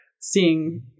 seeing